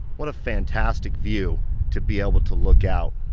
what a fantastic view to be able to look out.